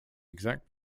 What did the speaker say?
exact